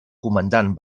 comandant